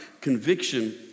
Conviction